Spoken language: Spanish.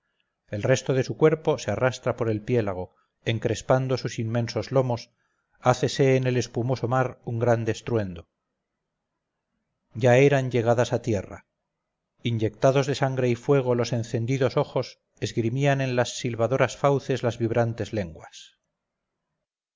el resto de su cuerpo se arrastra por el piélago encrespando sus inmensos lomos hácese en el espumoso mar un grande estruendo ya eran llegadas a tierra inyectados de sangre y fuego los encendidos ojos esgrimían en las silbadoras fauces las vibrantes lenguas